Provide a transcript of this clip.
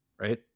right